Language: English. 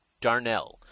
Darnell